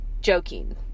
joking